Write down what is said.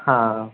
हां